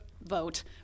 vote